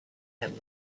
had